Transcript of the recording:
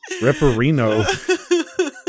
Ripperino